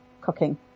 cooking